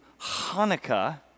Hanukkah